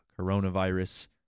coronavirus